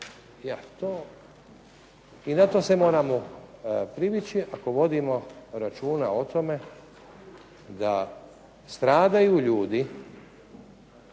i na to se moramo privići, ako vodimo računa o tome da stradaju ljudi